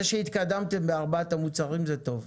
זה שהתקדמתם בארבעת המוצרים זה טוב.